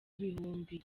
ibihumbi